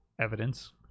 evidence